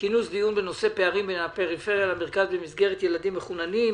כינוס דיון בנושא: פערים בין הפריפריה למרכז במסגרות לילדים מחוננים.